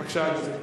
בבקשה, אדוני.